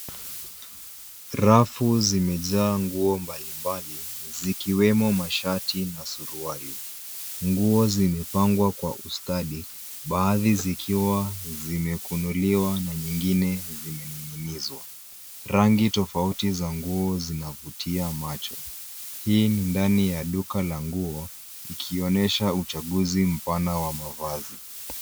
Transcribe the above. Rafu zimejaa nguo mbalimbali zikiwemo mashati na suruali. Nguo zimepangwa kwa ustadi baadhi zikiwa zimekunuliwa na nyingine zimening'inizwa. Rangi tofauti za nguo zinavutia macho. Hii ni ndani ya duka la nguo ikionesha uchaguzi mpana wa mavazi.